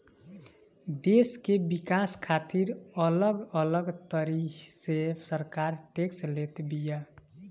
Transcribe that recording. देस के विकास खातिर अलग अलग तरही से सरकार टेक्स लेत बिया